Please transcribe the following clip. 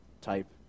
type